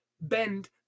bend